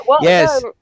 Yes